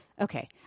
Okay